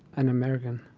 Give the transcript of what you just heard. an american